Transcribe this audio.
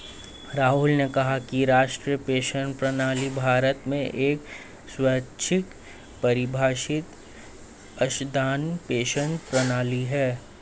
राहुल ने कहा कि राष्ट्रीय पेंशन प्रणाली भारत में एक स्वैच्छिक परिभाषित अंशदान पेंशन प्रणाली है